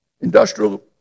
Industrial